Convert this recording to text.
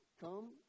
Come